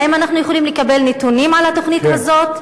האם אנחנו יכולים לקבל נתונים על התוכנית הזאת,